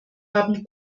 haben